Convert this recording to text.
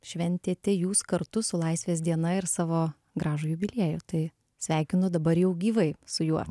šventėte jūs kartu su laisvės diena ir savo gražų jubiliejų tai sveikinu dabar jau gyvai su juo